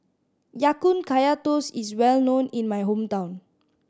Ya Kun Kaya Toast is well known in my hometown